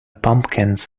pumpkins